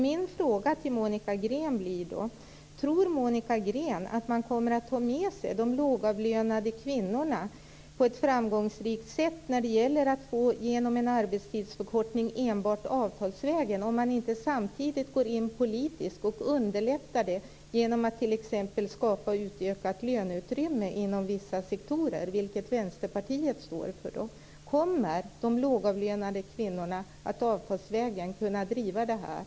Min fråga till Monica Green är: Tror Monica Green att man kommer att få med sig de lågavlönade kvinnorna på ett framgångsrikt sätt när det gäller att få igenom en arbetstidsförkortning enbart avtalsvägen, om man inte samtidigt går in politiskt och underlättar det genom att t.ex. skapa ett utökat löneutrymme inom vissa sektorer, vilket Vänsterpartiet anser att man skall göra? Kommer de lågavlönade kvinnorna att avtalsvägen kunna driva denna fråga?